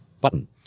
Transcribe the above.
Button